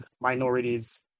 minorities